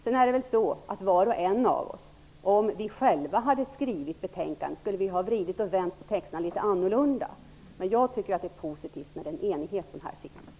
Sedan är det väl så att var och en av oss, om vi själva hade skrivit betänkandet, skulle ha vridit och vänt texterna litet annorlunda. Jag tycker dock att det är positivt med den enighet som här finns.